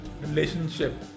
relationship